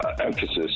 emphasis